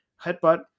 headbutt